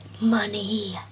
money